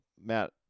Matt